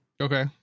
okay